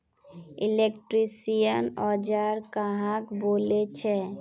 Electrician औजार कहाक बोले छे?